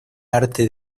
arte